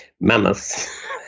mammoths